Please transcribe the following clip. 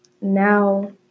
now